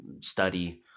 study